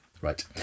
Right